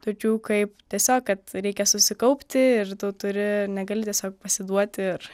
tokių kaip tiesiog kad reikia susikaupti ir tu turi negali tiesiog pasiduoti ir